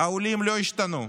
העולים לא השתנו,